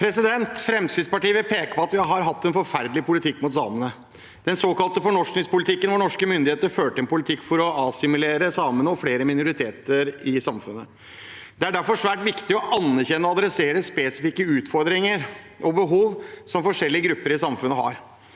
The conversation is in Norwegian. Fremskrittspartiet vil peke på at vi har hatt en forferdelig politikk mot samene: den såkalte fornorskingspolitikken, der norske myndigheter førte en politikk for å assimilere samene og flere minoriteter i samfunnet. Det er derfor svært viktig å anerkjenne og ta opp spesifikke utfordringer og behov som forskjellige grupper i samfunnet har.